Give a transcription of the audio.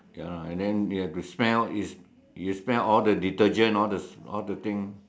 ya and then you have to smell is you smell all the detergent all the all the thing